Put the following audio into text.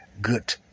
good